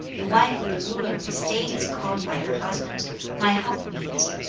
the wife of the ruler of a state is called by her husband my helpmeet.